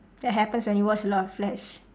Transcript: that happens when you watch a lot of flash